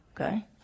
Okay